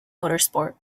motorsport